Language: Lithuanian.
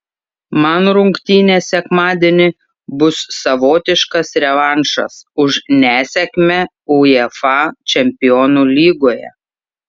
man rungtynės sekmadienį bus savotiškas revanšas už nesėkmę uefa čempionų lygoje